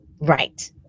Right